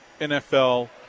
NFL